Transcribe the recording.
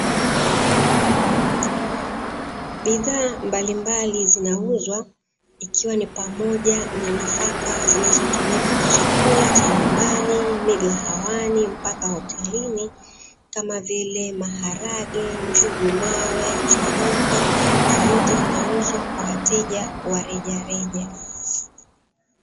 Bidhaa mbalimbali zinauzwa, ikiwa ni pamoja na nafaka zinazotumika kwa chakula cha nyumbani, migahawani, mpaka hotelini, kama vile: maharage, njugumawe, choroko, na vyote vinauzwa kwa wateja wa rejareja.